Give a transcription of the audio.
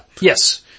Yes